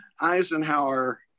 Eisenhower